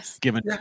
given